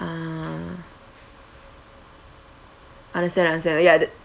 ah understand understand ya the